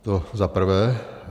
To za prvé.